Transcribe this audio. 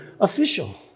official